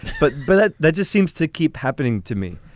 but but that just seems to keep happening to me.